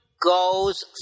goes